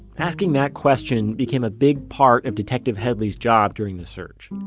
asking that question became a big part of detective headley's job during the search.